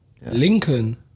Lincoln